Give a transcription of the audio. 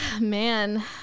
Man